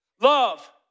Love